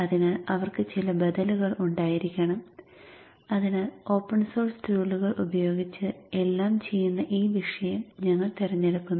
അതിനാൽ അവർക്ക് ചില ബദലുകൾ ഉണ്ടായിരിക്കണം അതിനാൽ ഓപ്പൺ സോഴ്സ് ടൂളുകൾ ഉപയോഗിച്ച് എല്ലാം ചെയ്യുന്ന ഈ വിഷയം ഞങ്ങൾ തിരഞ്ഞെടുക്കുന്നു